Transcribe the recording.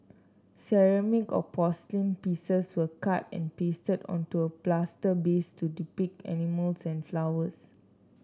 ceramic or porcelain pieces were cut and pasted onto a plaster base to depict animals and flowers